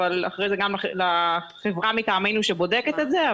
אחרי זה גם לחברה מטעמנו שבודקת את זה,